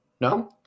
No